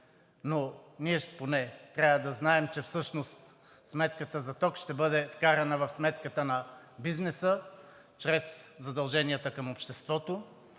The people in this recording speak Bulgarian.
но ние поне трябва да знаем, че всъщност сметката за ток ще бъде вкарана в сметката на бизнеса чрез задълженията към обществото.